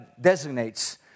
designates